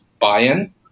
buy-in